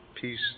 peace